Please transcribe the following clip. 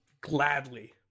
gladly